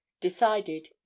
decided